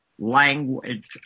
Language